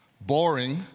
boring